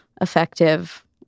effective